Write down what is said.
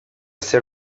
zer